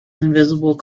invisible